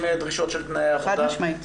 עם דרישות של תנאי העבודה,